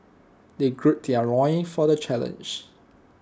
they gird their loin for the challenge